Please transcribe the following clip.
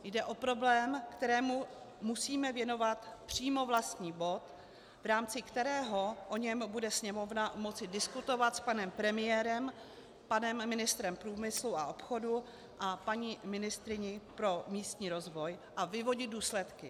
Jde o problém, kterému musíme věnovat přímo vlastní bod, v rámci kterého o něm bude Sněmovna moci diskutovat s panem premiérem, s panem ministrem průmyslu a obchodu a paní ministryní pro místní rozvoj a vyvodí důsledky.